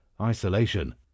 isolation